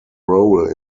role